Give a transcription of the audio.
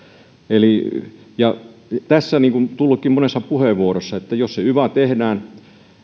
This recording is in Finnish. eli niin kuin on tullutkin monessa puheenvuorossa jos yva tehdään